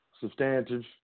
Substantive